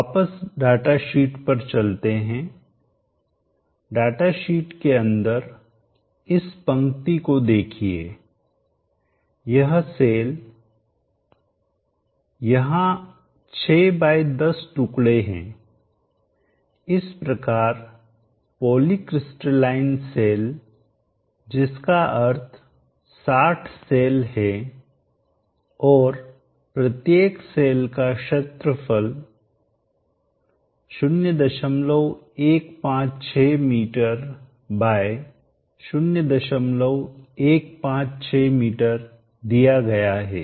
वापस data sheet पर चलते हैं डाटा शीट केअंदर इस पंक्ति को देखिएयह सेल यहां 6 बाय10 टुकड़े हैं इस प्रकारपॉलीक्रिस्टलाइन सेलजिसकाअर्थ 60 सेल हैऔर प्रत्येक सेल का क्षेत्रफल 0156 मीटर बाय 0156 मीटर दिया गया है